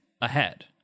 ahead